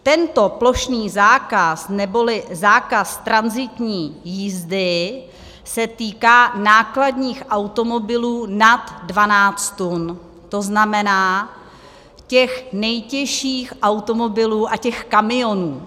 Tento plošný zákaz, neboli zákaz tranzitní jízdy, se týká nákladních automobilů nad 12 tun, to znamená těch nejtěžších automobilů a kamionů.